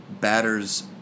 batter's